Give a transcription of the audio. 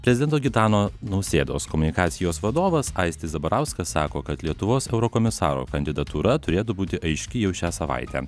prezidento gitano nausėdos komunikacijos vadovas aistis zabarauskas sako kad lietuvos eurokomisaro kandidatūra turėtų būti aiški jau šią savaitę